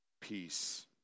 peace